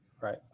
Right